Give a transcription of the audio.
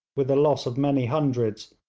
with a loss of many hundreds,